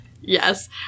Yes